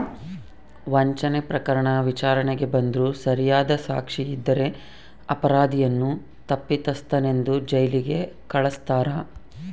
ವಂಚನೆ ಪ್ರಕರಣ ವಿಚಾರಣೆಗೆ ಬಂದ್ರೂ ಸರಿಯಾದ ಸಾಕ್ಷಿ ಇದ್ದರೆ ಅಪರಾಧಿಯನ್ನು ತಪ್ಪಿತಸ್ಥನೆಂದು ಜೈಲಿಗೆ ಕಳಸ್ತಾರ